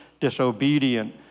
disobedient